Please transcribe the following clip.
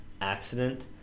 accident